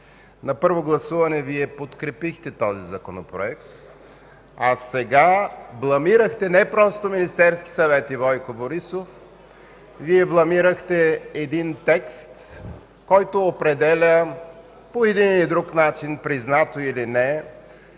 На първо гласуване Вие подкрепихте този Законопроект, а сега бламирахте не просто Министерския съвет и Бойко Борисов, бламирахте един текст, който определя по един или друг начин, признато или не,